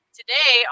today